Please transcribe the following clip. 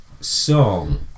song